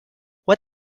what